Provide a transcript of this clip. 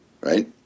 right